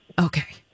Okay